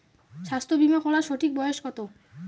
স্বাস্থ্য বীমা করার সঠিক বয়স কত?